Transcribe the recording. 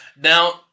Now